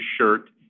shirt